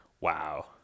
Wow